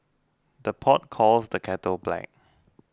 the pot calls the kettle black